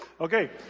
Okay